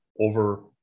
over